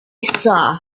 saw